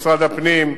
משרד הפנים,